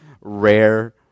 rare